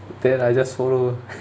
then I just follow